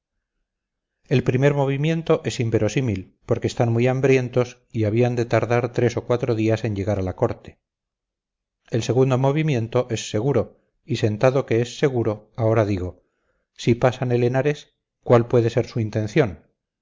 el primer movimiento es inverosímil porque están muy hambrientos y habían de tardar tres o cuatro días en llegar a la corte el segundo movimiento es seguro y sentado que es seguro ahora digo si pasan el henares cuál puede ser su intención